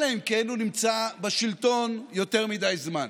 אלא אם כן הוא נמצא בשלטון יותר מדי זמן.